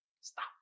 Stop